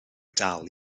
dal